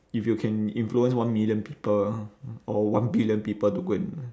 if you can influence one million people or one billion people to go and